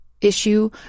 issue